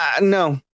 No